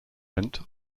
rent